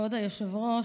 כבוד היושב-ראש,